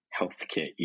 healthcare